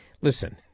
listen